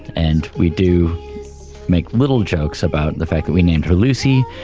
and we do make little jokes about the fact that we named her lucy,